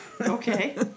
Okay